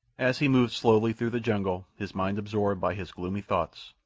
as he moved slowly through the jungle his mind absorbed by his gloomy thoughts,